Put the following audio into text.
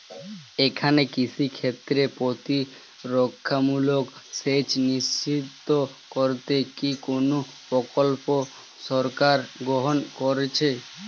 এখানে কৃষিক্ষেত্রে প্রতিরক্ষামূলক সেচ নিশ্চিত করতে কি কোনো প্রকল্প সরকার গ্রহন করেছে?